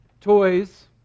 toys